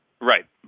right